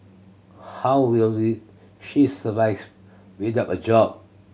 how will she survive without a job